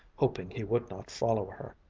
hoping he would not follow her.